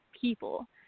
people